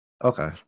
Okay